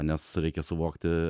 nes reikia suvokti